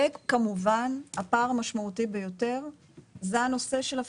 וכמובן הפער המשמעותי ביותר זה הנושא של אבטחה.